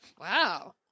Wow